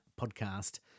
Podcast